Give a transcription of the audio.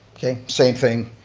same thing,